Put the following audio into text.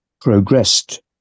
progressed